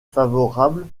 favorable